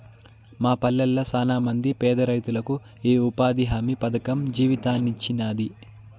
మా పల్లెళ్ళ శానమంది పేదరైతులకు ఈ ఉపాధి హామీ పథకం జీవితాన్నిచ్చినాది